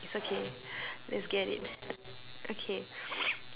it's okay let's get it okay